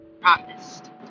promised